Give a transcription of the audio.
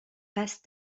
passe